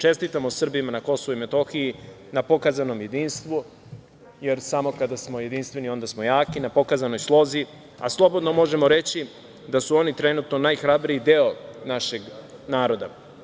Čestitamo Srbima na KiM na pokazanom jedinstvu, jer samo kada smo jedinstveni onda smo jaki, na pokazanoj slozi, a slobodno možemo reći da su oni trenutno najhrabriji deo našeg naroda.